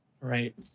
right